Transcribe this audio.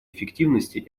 эффективности